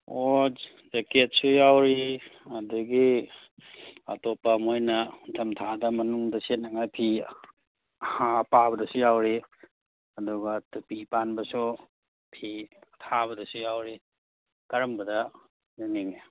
ꯑꯣ ꯖꯦꯀꯦꯠꯁꯨ ꯌꯥꯎꯔꯤ ꯑꯗꯒꯤ ꯑꯇꯣꯞꯄ ꯃꯣꯏꯅ ꯅꯤꯡꯊꯝꯊꯥꯗ ꯃꯅꯨꯡꯗ ꯁꯦꯠꯅꯉꯥꯏ ꯐꯤ ꯑꯄꯥꯕꯗꯁꯨ ꯌꯥꯎꯔꯤ ꯑꯗꯨꯒ ꯇꯨꯄꯤ ꯄꯥꯟꯕꯁꯨ ꯐꯤ ꯑꯊꯥꯕꯗꯁꯨ ꯌꯥꯎꯔꯤ ꯀꯔꯝꯕꯗ ꯌꯦꯡꯅꯤꯡꯏ